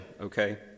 okay